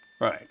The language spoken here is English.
Right